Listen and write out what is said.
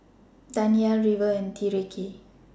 Danyel River and Tyreke